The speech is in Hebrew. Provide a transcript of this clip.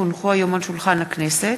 כי הונחו היום על שולחן הכנסת,